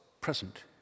present